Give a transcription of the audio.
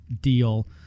deal